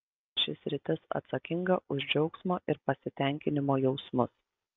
ši sritis atsakinga už džiaugsmo ir pasitenkinimo jausmus